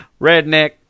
Redneck